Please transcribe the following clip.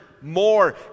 more